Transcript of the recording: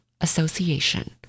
association